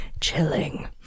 Chilling